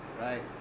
right